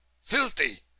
filthy